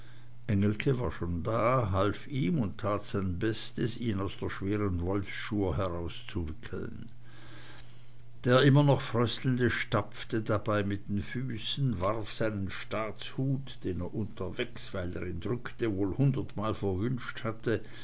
war schon da half ihm und tat sein bestes ihn aus der schweren wolfsschur herauszuwickeln der immer noch fröstelnde stapfte dabei mit den füßen warf seinen staatshut den er unterwegs weil er ihn drückte wohl hundertmal verwünscht hatte